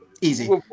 Easy